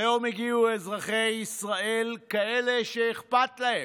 היום הגיעו אזרחי ישראל, כאלה שאכפת להם,